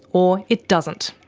or it doesn't.